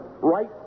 Right